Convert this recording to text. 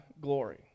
glory